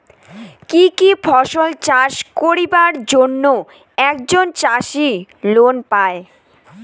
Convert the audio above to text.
কি কি ফসল চাষ করিবার জন্যে একজন চাষী লোন পায়?